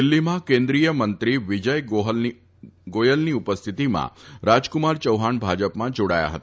દિલ્હીમાં કેન્દ્રીય મંત્રી વિજય ગોયલની ઉપસ્થિતિમાં રાજકુમાર ચૌહાણ ભાજપમાં જોડાયા હતા